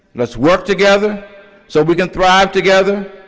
let's work together so we can thrive together,